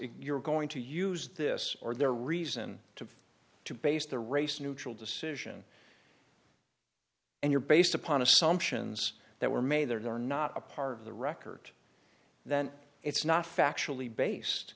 you're going to use this or their reason to to base the race neutral decision and you're based upon assumptions that were made they're not a part of the record then it's not factually based